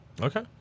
Okay